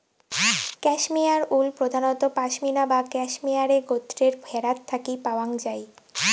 cashmere wool প্রধানত পসমিনা বা ক্যাশমেয়ারে গোত্রের ভ্যাড়াত থাকি পাওয়াং যাই